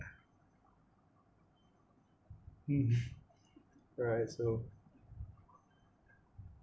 mm alright so